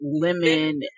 lemon